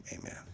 Amen